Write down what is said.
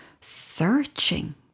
searching